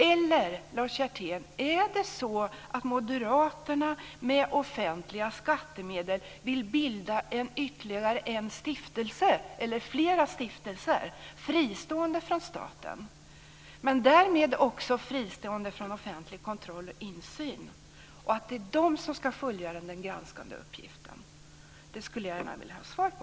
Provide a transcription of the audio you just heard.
Eller är det så, Lars Hjertén, att Moderaterna med offentliga skattemedel vill bilda ytterligare en eller flera stiftelser som är fristående från staten? Därmed blir de ju också fristående från offentlig kontroll och insyn. Ska de fullgöra den granskande uppgiften? Det skulle jag gärna vilja ha svar på.